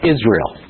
Israel